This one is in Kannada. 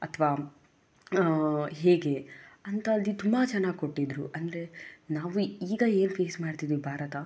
ಅಥವಾ ಹೇಗೆ ಅಂತ ಅಲ್ಲಿ ತುಂಬ ಚೆನ್ನಾಗಿ ಕೊಟ್ಟಿದ್ದರು ಅಂದರೆ ನಾವು ಈಗ ಏನು ಫೇಸ್ ಮಾಡ್ತಿದ್ದೀವಿ ಭಾರತ